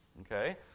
Okay